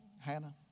Hannah